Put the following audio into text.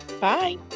Bye